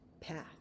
path